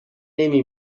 نمی